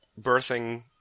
birthing